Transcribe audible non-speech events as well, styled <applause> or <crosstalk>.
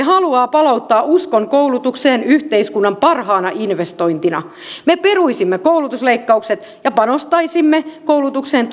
<unintelligible> haluaa palauttaa uskon koulutukseen yhteiskunnan parhaana investointina me peruisimme koulutusleikkaukset ja panostaisimme koulutukseen <unintelligible>